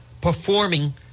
performing